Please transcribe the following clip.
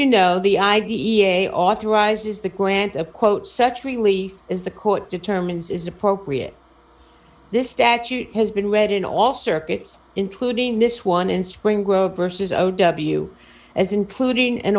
you know the i d e a authorizes the grant of quote such relief is the court determines is appropriate this statute has been read in all circuits including this one in spring grove verses o w as including an